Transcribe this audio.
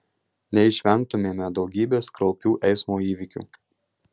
neišvengtumėme daugybės kraupių eismo įvykių